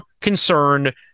concerned